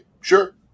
sure